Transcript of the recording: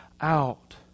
out